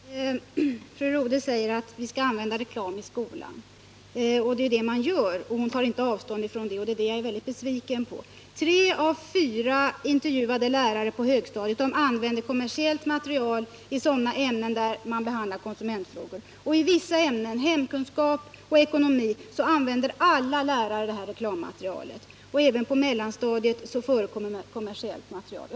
Herr talman! Fru Rodhe säger att vi skall använda reklam i skolan. Det är ju det man gör. Fru Rodhe tar inte avstånd från det, och det är jag väldigt besviken över. Tre av fyra intervjuade lärare på högstadiet använder kommersiellt material i sådana ämnen där man behandlar konsumentfrågor. I vissa ämnen - hemkunskap och ekonomi — använder alla lärare reklammaterial. Även på mellanstadiet förekommer kommersiellt material.